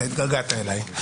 התגעגעת אליי.